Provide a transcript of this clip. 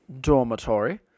dormitory